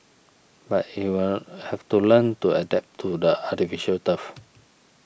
but he will have to learn to adapt to the artificial turf